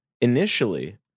initially